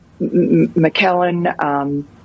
McKellen